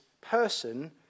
person